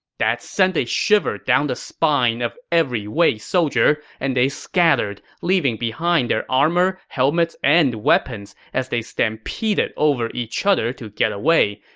that sent a shiver down the spine of every wei soldier, and they scattered, leaving behind their armor, helmets, and weapons as they stampeded over each other to get away.